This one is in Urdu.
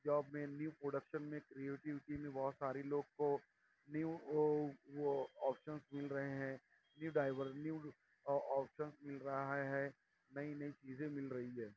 جاب مین نیو پروڈکشن میں کریٹیوٹی میں بہت ساری لوگ کو نیو آپشنس مل رہے ہیں نیو نیو آپشنس مل رہا ہے نئی نئی چیزیں مل رہی ہے